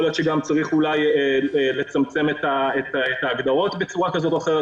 יכול להיות שגם צריך אולי לצמצם את ההגדרות בצורה כזאת או אחרת,